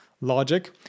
logic